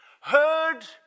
heard